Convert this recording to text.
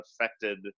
affected